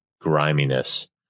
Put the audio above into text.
griminess